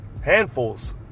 handfuls